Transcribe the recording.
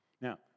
Now